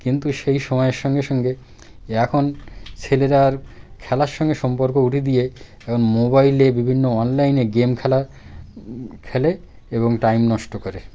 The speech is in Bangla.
কিন্তু সেই সময়ের সঙ্গে সঙ্গে এখন ছেলেরা আর খেলার সঙ্গে সম্পর্ক উঠিয়ে দিয়ে এখন মোবাইলে বিভিন্ন অনলাইনে গেম খেলা খেলে এবং টাইম নষ্ট করে